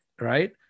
right